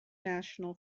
national